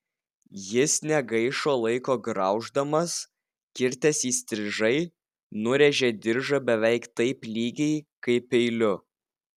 jis negaišo laiko grauždamas kirtęs įstrižai nurėžė diržą beveik taip lygiai kaip peiliu